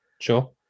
sure